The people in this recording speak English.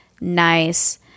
nice